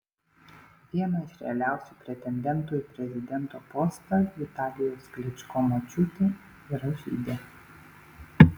vieno iš realiausių pretendentų į prezidento postą vitalijaus klyčko močiutė yra žydė